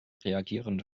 reagierende